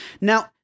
now